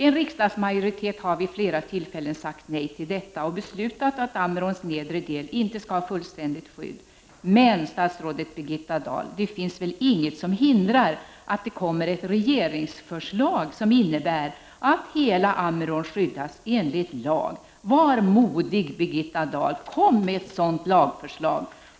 En riksdagsmajoritet har vid flera tillfällen sagt nej till detta och beslutat att Ammeråns nedre del inte skall ha fullständigt skydd. Men, statsrådet Birgitta Dahl, det är väl inget som hindrar att det kommer ett regeringsförslag som innebär att hela Ammerån skyddas enligt lag? Var modig, Birgitta Dahl! Lägg fram ett sådant lagförslag!